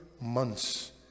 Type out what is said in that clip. months